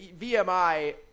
VMI